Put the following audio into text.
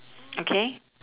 okay